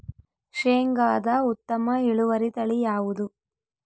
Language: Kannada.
ಶೇಂಗಾದ ಉತ್ತಮ ಇಳುವರಿ ತಳಿ ಯಾವುದು?